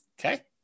Okay